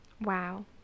Wow